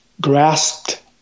grasped